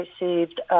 received